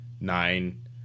nine